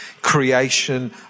creation